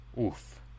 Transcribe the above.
Oof